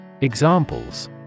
Examples